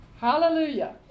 Hallelujah